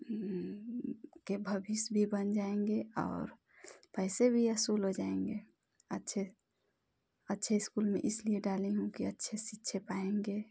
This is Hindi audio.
उनके भविष्य भी बन जाऍंगे और पैसे भी वसूल हो जाऍंगे अच्छे अच्छे स्कूल में इसलिए डालें हूँ कि अच्छी शिक्षा पाऍंगे